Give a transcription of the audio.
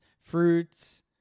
fruits